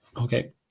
okay